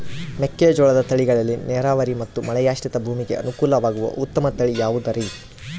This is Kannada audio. ಮೆಕ್ಕೆಜೋಳದ ತಳಿಗಳಲ್ಲಿ ನೇರಾವರಿ ಮತ್ತು ಮಳೆಯಾಶ್ರಿತ ಭೂಮಿಗೆ ಅನುಕೂಲವಾಗುವ ಉತ್ತಮ ತಳಿ ಯಾವುದುರಿ?